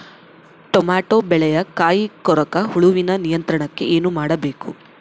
Tomato ಬೆಳೆಯ ಕಾಯಿ ಕೊರಕ ಹುಳುವಿನ ನಿಯಂತ್ರಣಕ್ಕೆ ಏನು ಮಾಡಬೇಕು?